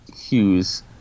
hughes